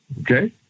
okay